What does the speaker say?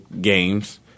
games